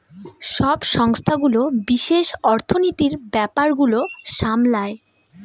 সব সংস্থাগুলো বিশেষ অর্থনীতির ব্যাপার গুলো সামলায়